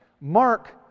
Mark